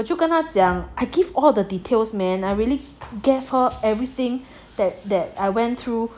我就跟他讲 I give all the details men I really gave her everything that that I went through